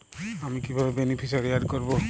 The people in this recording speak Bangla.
আমি কিভাবে বেনিফিসিয়ারি অ্যাড করব?